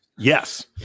Yes